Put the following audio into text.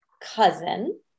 cousin